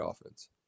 offense